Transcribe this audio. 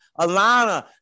Alana